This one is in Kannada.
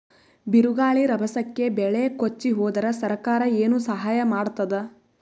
ಬಿರುಗಾಳಿ ರಭಸಕ್ಕೆ ಬೆಳೆ ಕೊಚ್ಚಿಹೋದರ ಸರಕಾರ ಏನು ಸಹಾಯ ಮಾಡತ್ತದ?